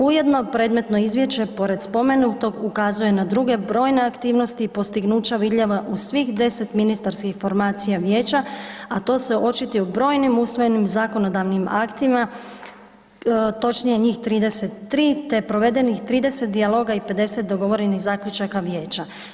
Ujedno predmetno izvješće pored spomenutog ukazuje na druge brojne aktivnosti i postignuća vidljiva u svih 10 ministarskih formacija Vijeća, a to se očituje u brojnim usmenim zakonodavnim aktima točnije njih 33 te provedenih 30 dijaloga i 50 dogovorenih zaključaka Vijeća.